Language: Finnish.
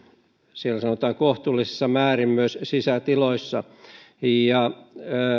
siellä sanotaan kohtuullisessa määrin myös sisätiloissa ja